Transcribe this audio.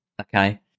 okay